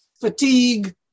fatigue